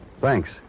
Thanks